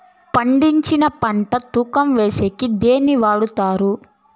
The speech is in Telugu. పండించిన పంట తూకం వేసేకి దేన్ని వాడతారు?